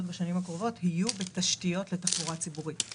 בשנים הקרובות יהיו בתשתיות לתחבורה ציבורית.